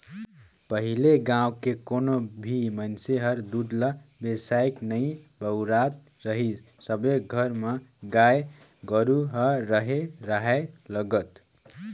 पहिले गाँव के कोनो भी मइनसे हर दूद ल बेसायके नइ बउरत रहीस सबे घर म गाय गोरु ह रेहे राहय लगत